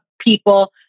people